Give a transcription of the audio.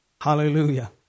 Hallelujah